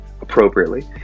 appropriately